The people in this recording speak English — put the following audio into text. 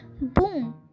boom